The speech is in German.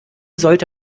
sollte